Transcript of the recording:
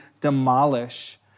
demolish